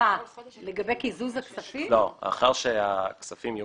יש חוקים, אולי תקשרו